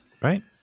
Right